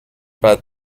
but